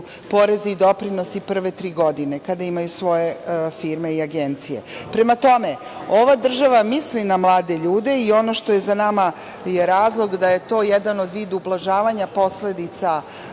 porezi i doprinosi prve tri godine, kada imaju svoje firme i agencije. Prema tome, ova država misli na mlade ljude i ono što je za nama je razlog da je to jedan vid ublažavanja posledica